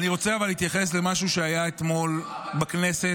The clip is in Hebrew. אבל אני רוצה להתייחס למשהו שהיה אתמול בכנסת.